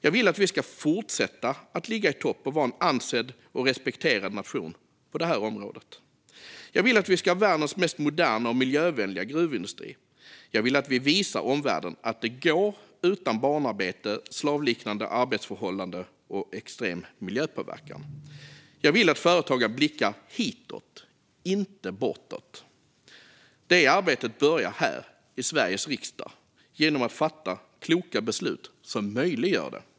Jag vill att vi ska fortsätta att ligga i topp och vara en ansedd och respekterad nation på detta område. Jag vill att vi ska ha världens mest moderna och miljövänliga gruvindustri. Jag vill att vi visar omvärlden att det går utan barnarbete, slavliknande arbetsförhållanden och extrem miljöpåverkan. Jag vill att företagen blickar hitåt, inte bortåt. Det arbetet börjar här i Sveriges riksdag genom att vi fattar kloka beslut som möjliggör det.